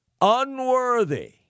unworthy